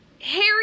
Harry